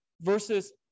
versus